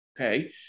okay